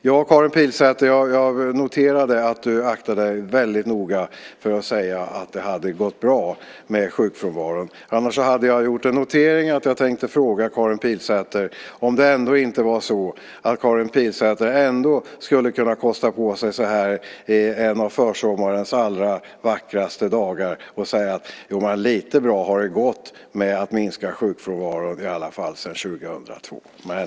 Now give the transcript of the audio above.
Ja, Karin Pilsäter, jag noterade att du väldigt noga aktade dig för att säga att det gått bra med sjukfrånvaron, för annars hade jag gjort en notering och tänkt fråga Karin Pilsäter om hon ändå inte så här en av försommarens allra vackraste dagar kunde kosta på sig att säga: Jo, lite bra har det i alla fall gått med att minska sjukfrånvaron sedan år 2002, men .